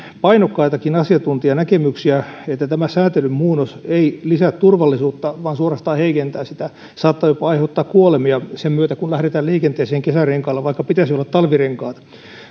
painokkaitakin asiantuntijanäkemyksiä että tämä säätelyn muunnos ei lisää turvallisuutta vaan suorastaan heikentää sitä saattaa jopa aiheuttaa kuolemia sen myötä kun lähdetään liikenteeseen kesärenkailla vaikka pitäisi olla talvirenkaat